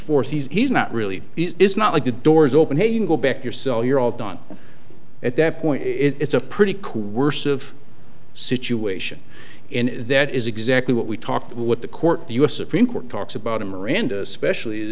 forth he's not really it's not like the doors open hey you go back you're so you're all done at that point it's a pretty cool worse of situation and that is exactly what we talked with the court the u s supreme court talks about a miranda special